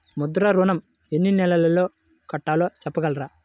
ముద్ర ఋణం ఎన్ని నెలల్లో కట్టలో చెప్పగలరా?